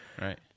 Right